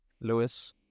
Lewis